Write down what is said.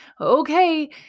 Okay